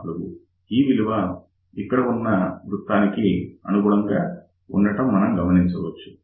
4 ఈ విలువ ఇక్కడ ఉన్న వృత్తానికి అనుగుణ్యంగా ఉండటం మనము గమనించవచ్చు